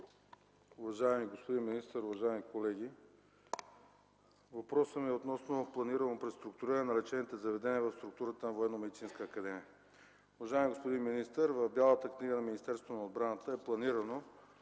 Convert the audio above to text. Уважаеми господин министър, уважаеми колеги! Въпросът ми е относно планирано преструктуриране на лечебните заведения в структурата на Военномедицинската академия. Уважаеми господин министър, в Бялата книга на Министерството на отбраната е планирано